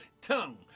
tongue